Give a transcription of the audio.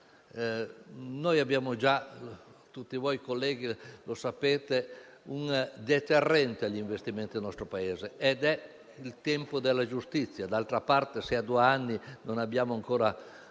Noi abbiamo già, come tutti voi, colleghi, sapete, un deterrente agli investimenti nel nostro Paese, che è il tempo della giustizia. D'altra parte, se dopo due anni non abbiamo ancora